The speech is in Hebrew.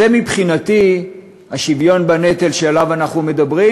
זה מבחינתי השוויון בנטל שעליו אנחנו מדברים,